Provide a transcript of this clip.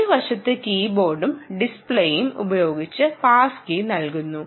ഒരു വശത്ത് കീബോർഡും ഡിസ്പ്ലേയും ഉപയോഗിച്ച് പാസ് കീ നൽകുന്നു